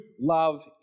love